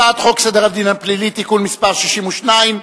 חוק סדר הדין הפלילי (תיקון מס' 62,